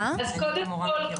קודם כול,